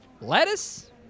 Lettuce